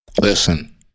Listen